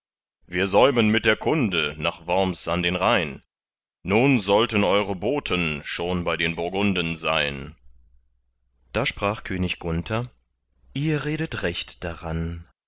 wir säumen mit der kunde nach worms an den rhein nun sollten eure boten schon bei den burgunden sein da sprach könig gunther ihr redet recht daran